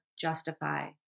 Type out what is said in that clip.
justify